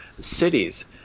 cities